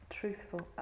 truthful